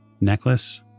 necklace